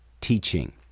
teaching